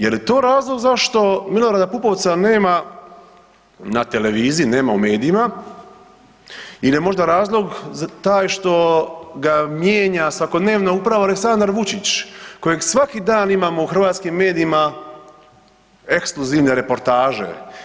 Je li to razlog zašto Milorada Pupovca nema na televiziji, nema u medijima ili je možda razlog taj što ga mijenja svakodnevno upravo Aleksandar Vučić kojeg svaki dan imamo u hrvatskim medijima ekskluzivne reportaže?